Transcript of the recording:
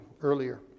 earlier